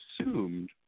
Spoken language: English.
assumed